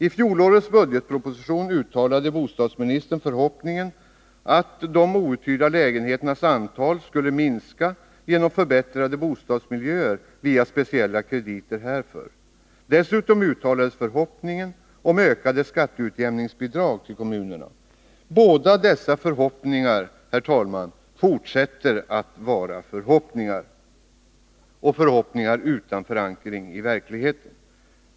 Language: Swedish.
I fjolårets budgetproposition uttalade bostadsministern förhoppningen att de outhyrda lägenheternas antal skulle minska genom förbättrade bostadsmiljöer via speciella krediter härför. Dessutom uttalades förhoppningen om ökade skatteutjämningsbidrag till kommunerna. Båda dessa förhoppningar fortsätter, herr talman, att vara förhoppningar utan förankringar i verkligheten.